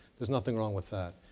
there's nothing wrong with that.